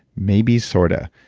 maybe sort ah